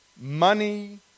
Money